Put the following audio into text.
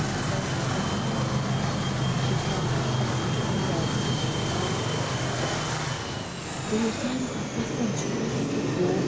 ساروی کھۄتہٕ پَسَنٛد چھِ مےٚ گَژھان تِم کھیٚنۍ سُہ چھُ ساروی کھۄتہٕ پَسَندیٖدہ مَطلَب کھیٚن مےٚ چاے بیٚیہِ یُس ساروی کھۄتہ پَسَنٛد چھِ مےٚ سُہ گوٚو